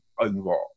involved